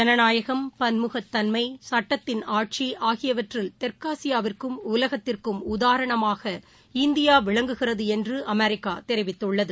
ஜனநாயகம் பன்முகத்தன்மை சுட்டத்தின் ஆட்சி ஆகியவற்றில் தெற்காசியாவிற்கும் உலகத்திற்கும் உதாரணமாக இந்தியாவிளங்குகிறதுஎன்றுஅமெரிக்காதெரிவித்துள்ளது